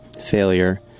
failure